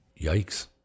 Yikes